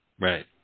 Right